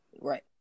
right